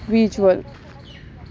visual